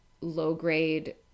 low-grade